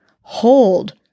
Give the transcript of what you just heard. Hold